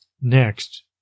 Next